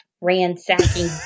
ransacking